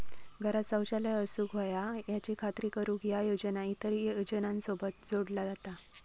घरांत शौचालय असूक व्हया याची खात्री करुक ह्या योजना इतर योजनांसोबत जोडला जाता